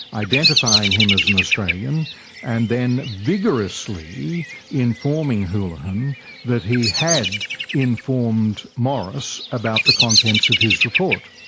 identifying him as an australian and then vigorously informing holohan that he had informed morris about the contents of his report.